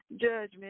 judgment